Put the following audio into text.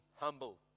humble